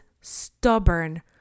stubborn